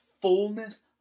fullness